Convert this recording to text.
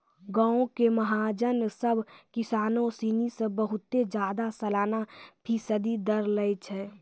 गांवो के महाजन सभ किसानो सिनी से बहुते ज्यादा सलाना फीसदी दर लै छै